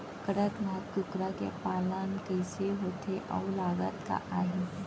कड़कनाथ कुकरा के पालन कइसे होथे अऊ लागत का आही?